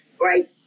right